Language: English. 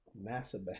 Massive